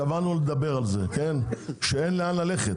קבענו לדבר על זה שאין לאן ללכת.